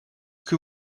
que